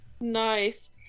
nice